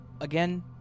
Again